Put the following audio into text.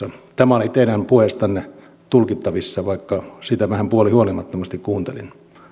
tämä oli teidän puheestanne tulkittavissa vaikka sitä vähän puolihuolimattomasti kuuntelin